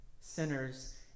sinners